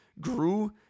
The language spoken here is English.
grew